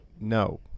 No